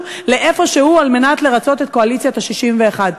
לאיפה שהוא כדי לרצות את קואליציית ה-61.